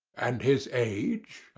and his age?